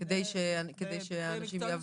כדי שאנשים יעבדו?